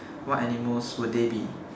what animals would they be